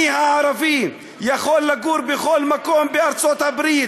אני הערבי יכול לגור בכל מקום בארצות-הברית,